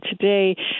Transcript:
today